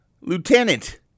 lieutenant